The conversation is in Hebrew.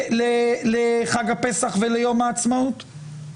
לחג הפסח וליום העצמאות?